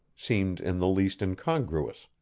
seemed in the least incongruous.